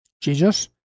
Jesus